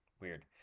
Weird